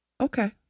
Okay